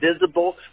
visible